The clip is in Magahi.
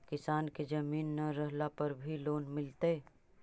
किसान के जमीन न रहला पर भी लोन मिलतइ?